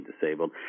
disabled